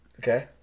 Okay